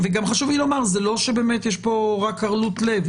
גם חשוב לי לומר שזה לא שבאמת יש כאן רק ערלות לב.